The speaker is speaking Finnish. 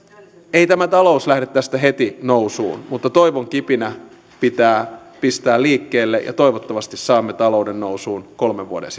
ei tämä talous lähde tästä heti nousuun mutta toivonkipinä pitää pistää liikkeelle ja toivottavasti saamme talouden nousuun kolmen vuoden